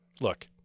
Look